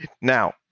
Now